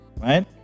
right